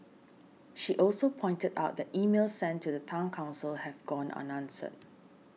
she also pointed out that emails sent to the Town Council have gone unanswered